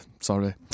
sorry